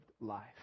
life